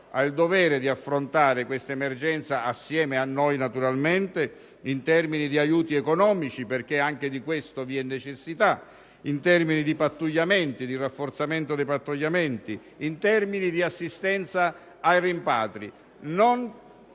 ha il dovere di affrontare questa emergenza, assieme a noi naturalmente, in termini di aiuti economici, perché anche di questo vi è necessità, in termini di rafforzamento dei pattugliamenti, in termini di assistenza ai rimpatri,